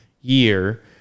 year